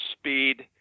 speed